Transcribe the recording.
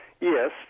Yes